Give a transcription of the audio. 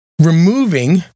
Removing